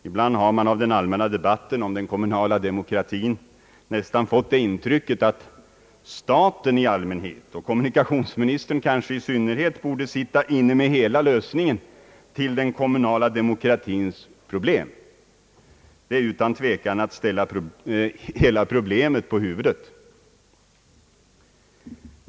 Ibland har man av den allmänna debatten om den kommunala demokratin nästan fått det intrycket, att staten i allmänhet och kommunikationsministern i synnerhet borde sitta inne med hela lösningen på den kommunala demokratins problem. Det är utan tvekan att ställa hela frågan på huvudet.